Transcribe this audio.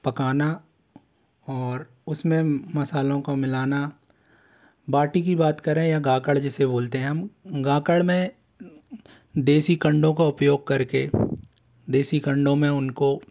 पकाना और उसमें मसालों को मिलाना बाटी की बात करें या गाकड़ जिसे बोलते हैं हम गाकड़ में देशी खंडो का उपयोग करके देशी खंडो में उनको